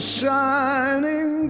shining